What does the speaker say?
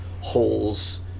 holes